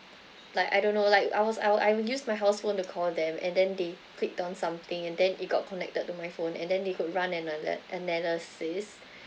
like I don't know like I was I were I will use my house phone to call them and then they clicked on something and then it got connected to my phone and then they could run analy~ analysis